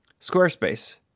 Squarespace